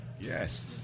Yes